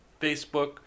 Facebook